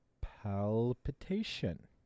palpitation